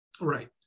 Right